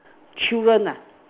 children ah